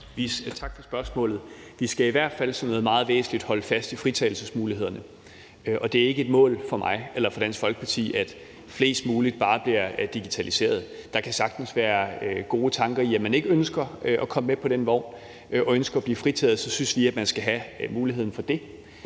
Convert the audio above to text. Tak for spørgsmålet. Vi skal i hvert fald som noget meget væsentligt holde fast i fritagelsesmuligheder. Det er ikke et mål for mig eller for Dansk Folkeparti, at flest mulig bare bliver digitale. Der kan sagtens være gode tanker i, at man ikke ønsker at komme med på den vogn, men ønsker at blive fritaget, og så synes vi, at man skal have muligheden for det.